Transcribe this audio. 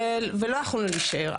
ולא יכולנו להישאר.